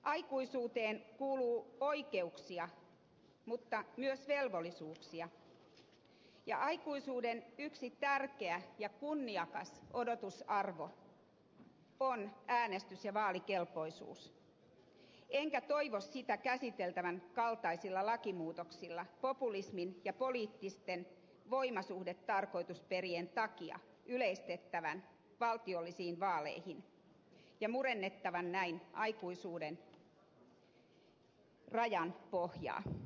aikuisuuteen kuuluu oikeuksia mutta myös velvollisuuksia ja aikuisuuden yksi tärkeä ja kunniakas odotusarvo on äänestys ja vaalikelpoisuus enkä toivo sitä yleistettävän valtiollisiin vaaleihin käsiteltävän kaltaisilla lakimuutoksilla populismin ja poliittisten voimasuhdetarkoitusperien takia ja murennettavan näin aikuisuuden rajan pohjaa